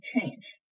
change